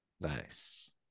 Nice